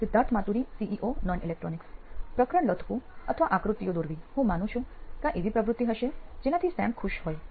Siddharth Maturi CEO નોઇન electronics પ્રકરણ લખવું અથવા આકૃતિઓ દોરવી હું માનું છું કે આ એવી પ્રવૃત્તિ હશે જેનાથી સેમ ખુશ હોય